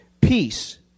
peace